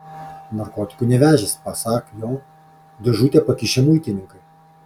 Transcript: narkotikų nevežęs pasak jo dėžutę pakišę muitininkai